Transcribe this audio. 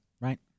Right